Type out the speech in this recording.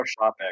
shopping